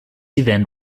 event